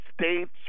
States